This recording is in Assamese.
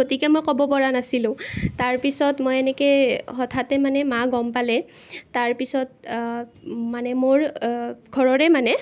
গতিকে মই ক'ব পৰা নাছিলো তাৰ পিছত মই এনেকেই হঠাতে মানে মা গম পালে তাৰ পিছত মানে মোৰ ঘৰৰে মানে